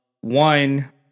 one